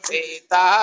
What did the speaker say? Sita